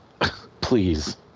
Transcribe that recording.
please